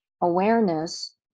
awareness